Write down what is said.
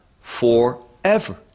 forever